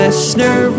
Listener